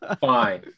fine